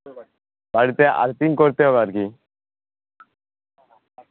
বাড়িতে আর্থিং করতে হবে আর কি